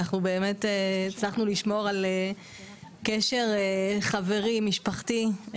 הצלחנו לשמור על קשר חברי, משפחתי,